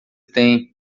tem